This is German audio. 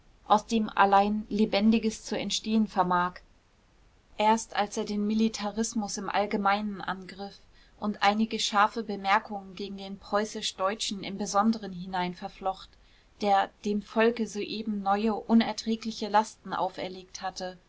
aus dem allein lebendiges zu entstehen vermag erst als er den militarismus im allgemeinen angriff und einige scharfe bemerkungen gegen den preußisch deutschen im besonderen hineinverflocht der dem volke soeben neue unerträgliche lasten auferlegt hatte